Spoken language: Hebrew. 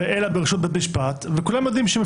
אנחנו יודעים שיש בתי משפט שאין להם כניסה